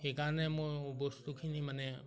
সেইকাৰণে মোৰ বস্তুখিনি মানে